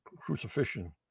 crucifixion